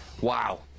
Wow